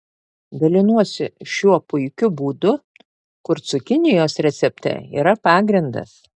dalinuosi šiuo puikiu būdu kur cukinijos recepte yra pagrindas